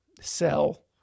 sell